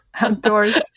outdoors